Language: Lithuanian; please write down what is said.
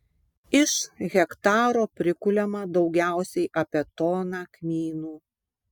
iš hektaro prikuliama daugiausiai apie toną kmynų